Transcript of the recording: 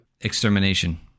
Extermination